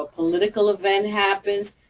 ah political event happens,